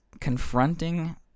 confronting